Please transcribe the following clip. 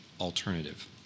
alternative